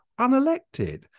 unelected